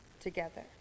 together